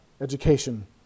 education